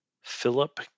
Philip